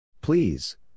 Please